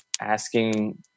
asking